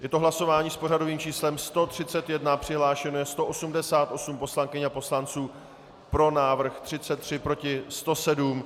Je to hlasování s pořadovým číslem 131, přihlášeno je 188 poslankyň a poslanců, pro návrh 33, proti 107.